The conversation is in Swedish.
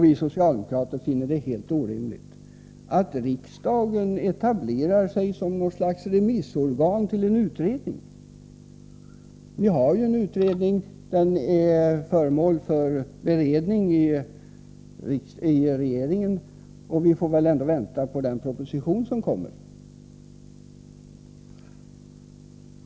Vi socialdemokrater finner det emellertid helt orimligt att riksdagen etablerar sig som något slags remissorgan till en utredning. Vi har ju ett utredningsförslag — det är föremål för beredning i regeringen — och vi får väl ändå vänta på den proposition som kommer.